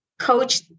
coach